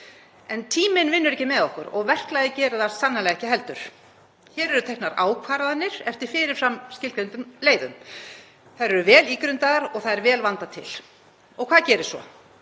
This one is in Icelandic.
En tíminn vinnur ekki með okkur og verklagið gerir það sannarlega ekki heldur. Hér eru teknar ákvarðanir eftir fyrirframskilgreindum leiðum. Þær eru vel ígrundaðar og það er vel vandað til, og hvað gerist svo?